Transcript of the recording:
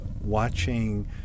watching